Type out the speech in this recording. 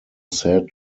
said